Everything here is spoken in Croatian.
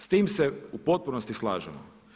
S tim se u potpunosti slažemo.